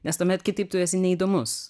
nes tuomet kitaip tu esi neįdomus